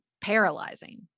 paralyzing